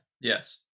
yes